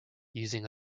using